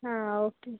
ಹಾಂ ಓಕೆ